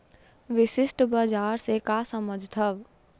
विशिष्ट बजार से का समझथव?